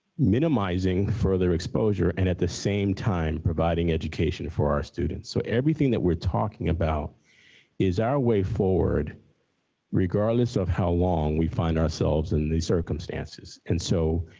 minimizing further exposure and at the same time providing education for our students. so, everything that we're talking about is our way forward regardless of how long we find ourselves in these circumstances. and so,